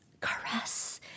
caress